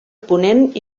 ponent